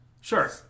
sure